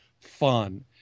fun